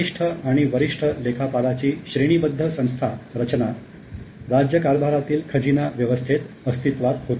कनिष्ठ आणि वरिष्ठ लेखापालाची श्रेणीबद्ध संस्था रचना राज्यकारभारातील खजिना व्यवस्थेत अस्तित्वात होती